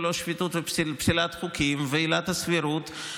לא שפיטות ופסילת חוקים ועילת הסבירות,